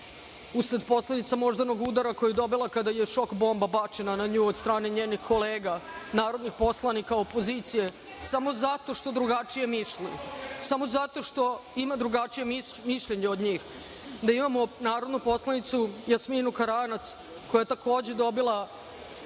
usled posledica moždanog udara koji je dobila kad je šok bomba bačena za nju od strane njenih kolega narodnih poslanika opozicije samo zato što drugačije misli, samo zato što ima drugačije mišljenje od njih, da imamo narodnu poslanicu Jasminu Karanac, koja je takođe dobila